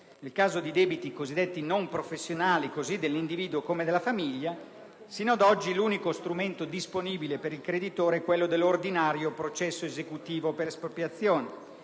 Nel caso di debiti cosiddetti non professionali, così dell'individuo come della famiglia, sino ad oggi l'unico strumento disponibile per il creditore era quello dell'ordinario processo esecutivo per espropriazione,